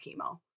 chemo